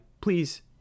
please